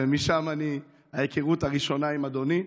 ומשם ההיכרות הראשונה עם אדוני.